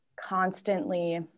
constantly